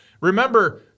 Remember